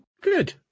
Good